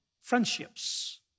friendships